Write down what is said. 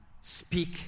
speak